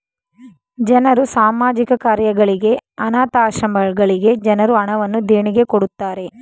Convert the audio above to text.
ಜನರು ಸಾಮಾಜಿಕ ಕಾರ್ಯಗಳಿಗೆ, ಅನಾಥ ಆಶ್ರಮಗಳಿಗೆ ಜನರು ಹಣವನ್ನು ದೇಣಿಗೆ ಕೊಡುತ್ತಾರೆ